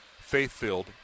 faith-filled